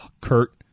Kurt